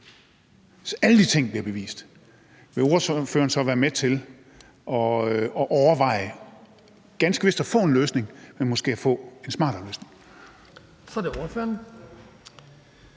CO2-udledning og miljø, vil ordføreren så være med til at overveje ganske vist at få en løsning, men måske at få et smartere løsning?